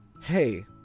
hey